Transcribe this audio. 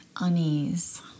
unease